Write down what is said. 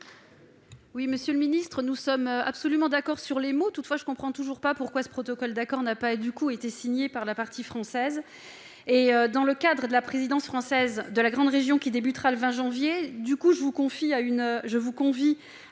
Monsieur le ministre, nous sommes absolument d'accord sur les mots, toutefois je ne comprends toujours pas pourquoi ce protocole d'accord n'a pas été signé par la partie française. Dans le cadre de la présidence française de la Grande Région, qui débutera le 20 janvier, je vous convie à